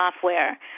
software